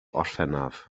orffennaf